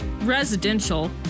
residential